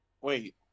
Wait